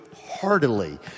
heartily